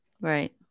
Right